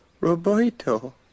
Roberto